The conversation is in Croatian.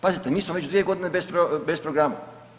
Pazite, mi smo već dvije godine bez programa.